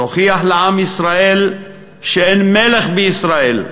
תוכיח לעם ישראל שאין מלך בישראל,